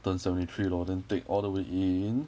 等 seventy three lor then take all the way in